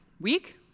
week